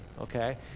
okay